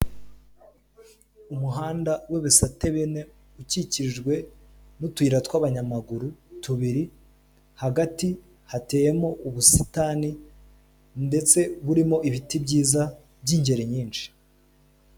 Umuhanda w'ibisate bine, ukikijwe n'utuyira tw'abanyamaguru tubiri, hagati hateyemo ubusitani, ndetse burimo ibiti byiza by'ingeri nyinshi.